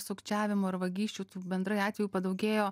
sukčiavimų ir vagysčių bendrai atvejų padaugėjo